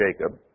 Jacob